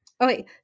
Okay